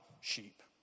sheep